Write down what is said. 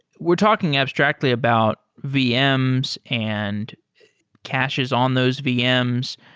we're talking abstractly about vm's and caches on those vm's.